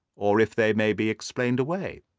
or if they may be explained away.